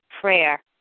prayer